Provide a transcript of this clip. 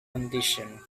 condition